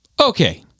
okay